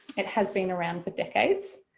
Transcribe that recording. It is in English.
it has been around for decades,